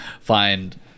find